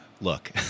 look